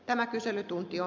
tämä kyselytuntia